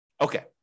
Okay